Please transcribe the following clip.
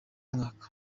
mwaka